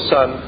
Son